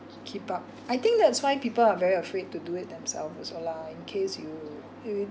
keep up I think that's why people are very afraid to do it themself also lah in case you you